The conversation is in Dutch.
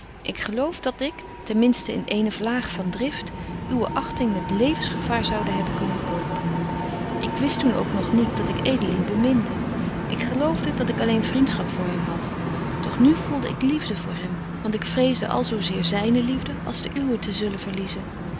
ik geloof dat ik ten minsten in eene vlaag van drift uwe achting met levensgevaar zoude hebben kunnen kopen ik wist toen ook nog niet dat ik edeling beminde ik geloofde dat ik alleen vriendschap voor hem had doch nu voelde ik liefde voor hem want ik vreesde al zo zeer zyne liefde als de uwe te zullen verliezen